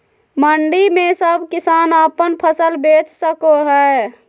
मंडी में सब किसान अपन फसल बेच सको है?